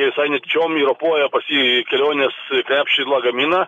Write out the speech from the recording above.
visai netyčiom įropoja į kelionės krepšį lagaminą